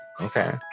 Okay